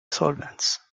solvents